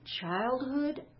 childhood